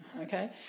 Okay